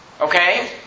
okay